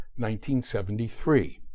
1973